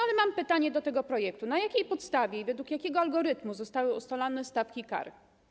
Ale mam pytanie odnośnie do tego projektu: Na jakiej podstawie i według jakiego algorytmu zostały ustalone stawki i kary?